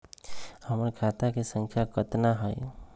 हमर खाता के सांख्या कतना हई?